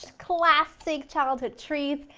classic childhood treats,